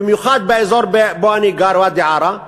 במיוחד באזור שבו אני גר, ואדי-עארה,